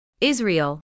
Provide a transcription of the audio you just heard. Israel